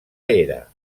era